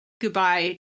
goodbye